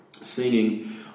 singing